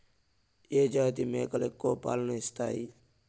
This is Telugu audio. ఏ జాతి మేకలు ఎక్కువ పాలను ఇస్తాయి?